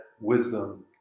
wisdom